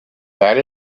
that